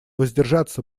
воздержаться